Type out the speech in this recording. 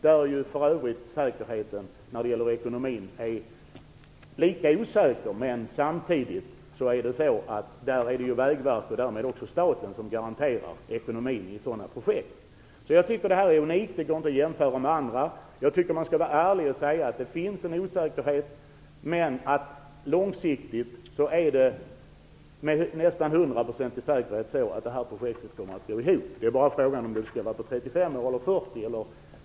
Då är det visserligen lika osäkert med ekonomin, men samtidigt garanterar Vägverket och därmed också staten ekonomin i sådana projekt. Jag tycker att det här projektet är unikt. Det går inte att jämföra med andra. Jag tycker att man skall vara ärlig och säga att det finns en osäkerhet, men på lång sikt kommer projektet med nästan hundraprocentig säkerhet att gå ihop. Frågan är bara om det kommer att ta 35 år eller 40 år.